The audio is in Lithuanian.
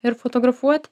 ir fotografuot